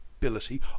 ability